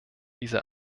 diese